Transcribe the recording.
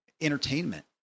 entertainment